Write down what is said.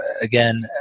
again